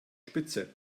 spitze